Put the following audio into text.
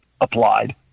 applied